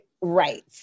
Right